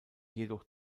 jedoch